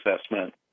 assessment